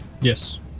Yes